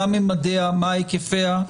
מה ממדיה, מה היקפיה?